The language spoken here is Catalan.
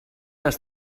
les